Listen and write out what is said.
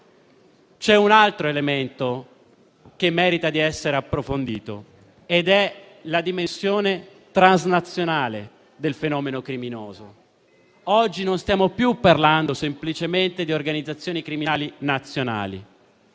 C'è un altro elemento che merita di essere approfondito ed è la dimensione transnazionale del fenomeno criminoso. Oggi non stiamo più parlando semplicemente di organizzazioni criminali nazionali: